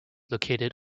located